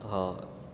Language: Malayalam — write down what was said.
ആ